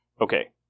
Okay